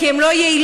כי הן לא יעילות,